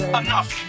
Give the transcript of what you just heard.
enough